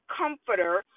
comforter